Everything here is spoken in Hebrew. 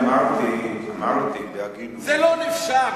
זה לא נפשע?